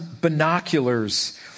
binoculars